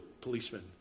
policemen